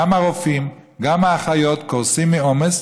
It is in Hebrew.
גם הרופאים, גם האחיות קורסים מעומס,